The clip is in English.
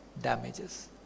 damages